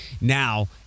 now